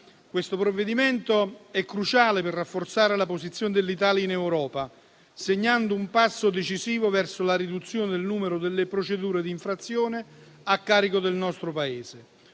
Questo provvedimento è cruciale per rafforzare la posizione dell'Italia in Europa, segnando un passo decisivo verso la riduzione del numero delle procedure di infrazione a carico del nostro Paese.